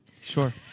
Sure